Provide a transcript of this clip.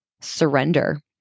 surrender